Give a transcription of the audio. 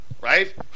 right